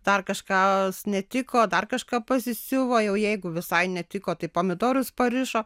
dar kažką netiko dar kažką pasisiuvo jau jeigu visai netiko tai pomidorus parišo